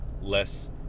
less